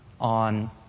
on